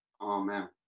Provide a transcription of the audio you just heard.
Amen